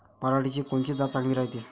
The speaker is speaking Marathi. पऱ्हाटीची कोनची जात चांगली रायते?